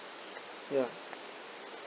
ya